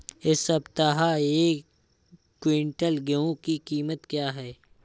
इस सप्ताह एक क्विंटल गेहूँ की कीमत क्या है?